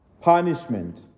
punishment